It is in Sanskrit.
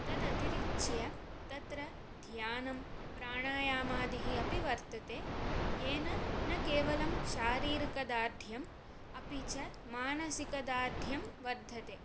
तदतिरिच्य तत्र ध्यानं प्रणायामादिः अपि वर्तते येन न केवलं शारीरिकदार्ढ्यम् अपि च मानसिक दार्ढ्यं वर्धते